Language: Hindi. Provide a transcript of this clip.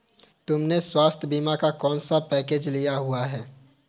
तुमने स्वास्थ्य बीमा का कौन सा पैकेज लिया हुआ है?